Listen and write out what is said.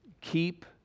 Keep